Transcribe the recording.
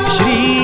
Shri